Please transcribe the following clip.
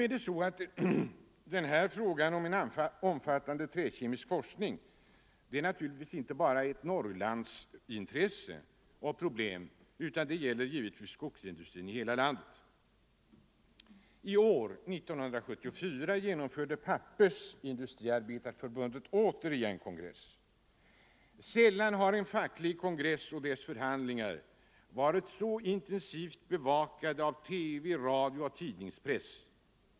Frågan om en omfattande träkemisk forskning är naturligtvis inte endast ett norrländskt problem utan gäller för skogsindustrin i hela landet. I år genomförde Pappersindustriarbetareförbundet återigen en kongress. Sällan har en facklig kongress och dess förhandlingar varit så intensivt bevakade av TV, radio och tidningspress.